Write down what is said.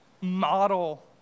Model